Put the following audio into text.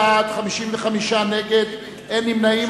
11 בעד, 55 נגד, אין נמנעים.